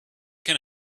can